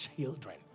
children